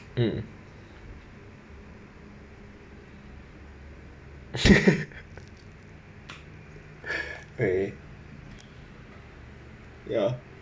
mm okay ya